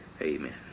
Amen